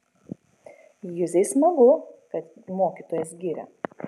juzei smagu kad mokytojas giria